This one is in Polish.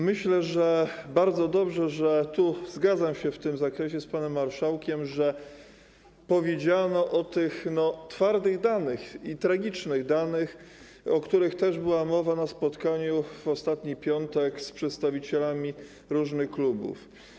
Myślę, że bardzo dobrze, że - zgadzam się w tym zakresie z panem marszałkiem - powiedziano o tych twardych danych i tragicznych danych, o których też była mowa na spotkaniu w ostatni piątek z przedstawicielami różnych klubów.